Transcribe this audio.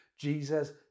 Jesus